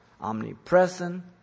omnipresent